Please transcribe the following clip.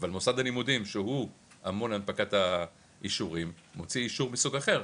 אבל מוסד הלימודים שהוא אמון על הנפקת האישורים מוציא אישור מסוג אחר.